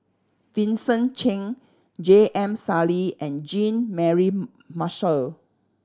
Vincent Cheng J M Sali and Jean Mary Marshall